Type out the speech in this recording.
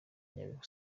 nyabihu